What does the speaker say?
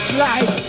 life